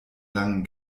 langen